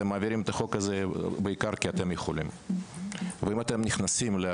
אתם מעבירים את החוק הזה בעיקר כי אתם יכולים ואם אתם נכנסים עם